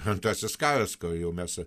antrasis karas ką jau mes